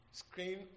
screen